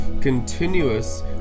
continuous